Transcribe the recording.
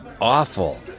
awful